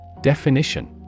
Definition